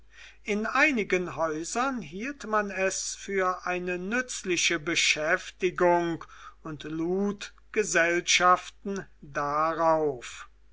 in einigen häusern hielt man es für eine nützliche beschäftigung und lud gesellschaften darauf